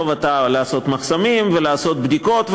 חובתה לעשות מחסומים ולעשות בדיקות,